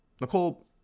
Nicole